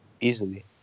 Easily